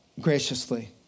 graciously